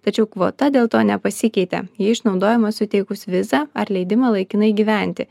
tačiau kvota dėl to nepasikeitė ji išnaudojama suteikus vizą ar leidimą laikinai gyventi